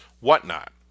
whatnot